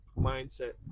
mindset